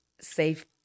safe